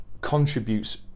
contributes